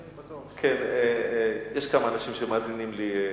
כן, יש כמה אנשים שמאזינים לי.